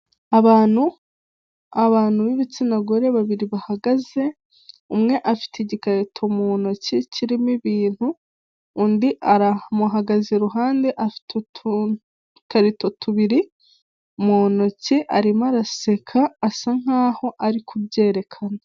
Abantu abantu b'ibitsina gore babiri bahagaze umwe afite igikarito mu ntoki kirimo ibintu undi amuhagaze iruhande afite utukarito tubiri mu ntoki arimo araseka asa nkaho ari kubyerekana.